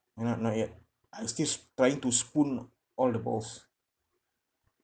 not not yet I'm still s~ trying to spoon all the balls